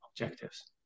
objectives